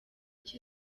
icyo